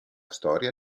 storia